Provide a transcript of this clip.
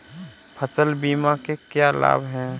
फसल बीमा के क्या लाभ हैं?